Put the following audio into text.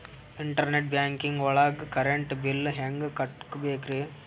Internet banking ಒಳಗ್ current bill ಹೆಂಗ್ ಕಟ್ಟ್ ಬೇಕ್ರಿ?